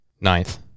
Ninth